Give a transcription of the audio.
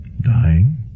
Dying